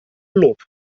lob